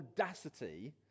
audacity